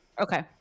Okay